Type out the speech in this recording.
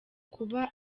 kuba